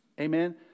amen